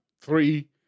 three